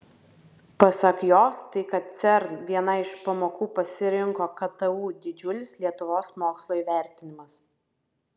pasak jos tai kad cern vienai iš pamokų pasirinko ktu didžiulis lietuvos mokslo įvertinimas